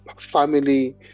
family